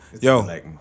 Yo